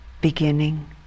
beginning